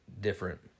different